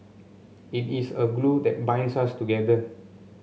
it is a glue that binds us together